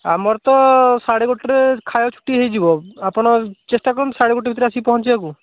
ଆମର ତ ସାଢ଼େ ଗୋଟେରେ ଖାଇବା ଛୁଟି ହେଇଯିବ ଆପଣ ଚେଷ୍ଟା କରନ୍ତୁ ସାଢ଼େ ଗୋଟେ ଭିତରେ ଆସିକି ପହଞ୍ଚିବାକୁ